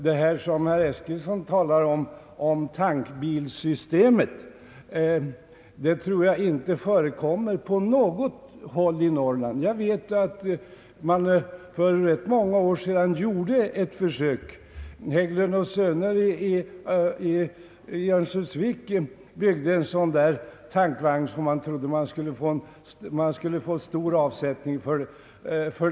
Det tankbilssystem som herr Eskilsson talar om tror jag inte förekommer på något håll i Norrland. Jag vet att man för rätt många år sedan gjorde ett försök. Hägglund & söner i Örnsköldsvik byggde en tankvagn som man trodde man skulle få stor avsättning för.